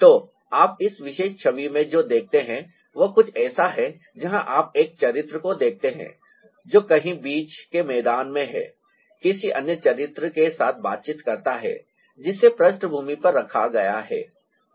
तो आप इस विशेष छवि में जो देखते हैं वह कुछ ऐसा है जहां आप एक चरित्र को देखते हैं जो कहीं बीच के मैदान में है किसी अन्य चरित्र के साथ बातचीत करता है जिसे पृष्ठभूमि पर रखा गया है